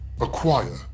acquire